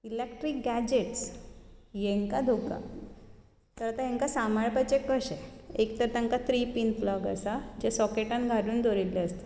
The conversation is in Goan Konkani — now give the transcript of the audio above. इलॅक्ट्रीक गॅजेट्स हांकां धोका तर हांकां आतां सांबाळपाचें कशें एक तर तांकां थ्री पीन प्लग आसा जे सॉकेटांत घालून दवरिल्ले आसता